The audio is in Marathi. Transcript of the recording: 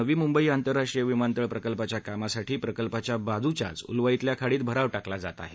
नवी मुंबई आंतरराष्ट्रीय विमानतळ प्रकल्पाच्या कामासाठी प्रकल्पाच्या बाजूच्याच उलवा इथल्या खाडीत भराव टाकला जात आहे